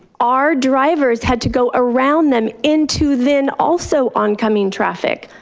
our drivers had to go around them into then also oncoming traffic.